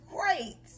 great